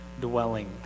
dwelling